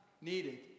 needed